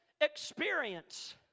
experience